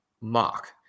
mock